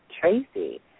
Tracy